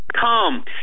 come